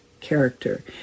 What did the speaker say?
character